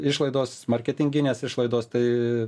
išlaidos marketinginės išlaidos tai